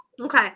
Okay